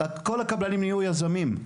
כל הקבלנים הפכו להיות יזמים.